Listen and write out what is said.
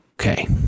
Okay